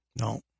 No